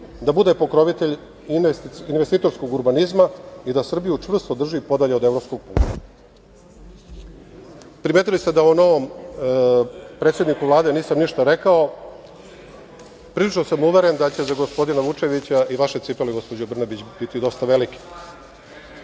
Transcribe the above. da bude pokrovitelj investitorskog urbanizma i da Srbiju čvrsto drži podalje od evropskog puta. Primetili ste da o novom predsedniku Vlade nisam ništa rekao. Prilično sam uveren da će za gospodina Vučevića i vaše cipele gospođo Brnabić biti dosta velike.